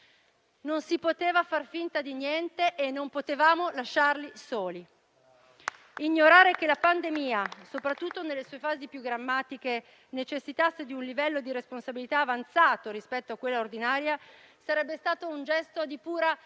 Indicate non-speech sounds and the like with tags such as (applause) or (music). Non si poteva far finta di niente e non potevamo lasciarli soli. (applause) Ignorare che la pandemia, soprattutto nelle sue fasi più drammatiche, necessitasse di un livello di responsabilità avanzato rispetto a quella ordinaria sarebbe stato un gesto di pura